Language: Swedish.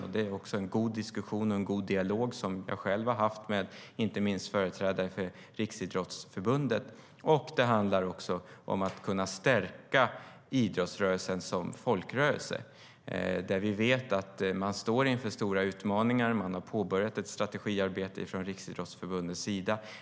Jag har själv haft en god diskussion och en god dialog inte minst med företrädare för Riksidrottsförbundet. Det handlar också om att kunna stärka idrottsrörelsen som folkrörelse. Vi vet att man står inför stora utmaningar. Man har påbörjat ett strategiarbete från Riksidrottsförbundets sida.